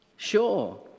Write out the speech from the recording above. Sure